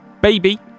Baby